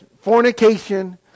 fornication